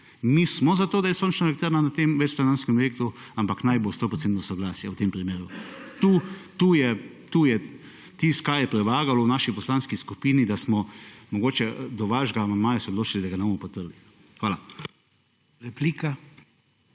Mi smo za to, da je sončna elektrarna na tem večstanovanjskem objektu, ampak naj bo 100 % soglasje v tem primeru. To je tisto, kar je prevagalo v naši poslanski skupini, da smo mogoče do vašega amandmaja se odločili, da ga ne bomo podprli. Hvala. MAG.